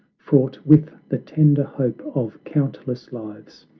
fraught with the tender hope of countless lives,